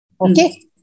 okay